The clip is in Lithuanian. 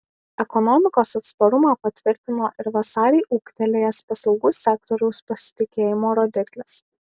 ekonomikos atsparumą patvirtino ir vasarį ūgtelėjęs paslaugų sektoriaus pasitikėjimo rodiklis